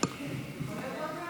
אדוני היושב-ראש,